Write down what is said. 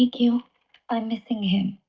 you are missing him,